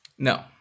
No